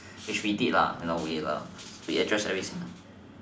which we did lah in a way ah we addressed every